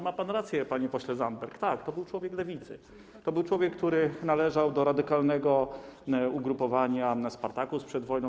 Ma pan rację, panie pośle Zandberg, tak, to był człowiek lewicy, to był człowiek, który należał do radykalnego ugrupowania Spartakus przed wojną.